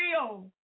real